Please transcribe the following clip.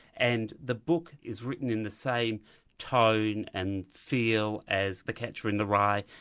and the book is written in the same tone and feel as the catcher in the rye.